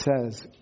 says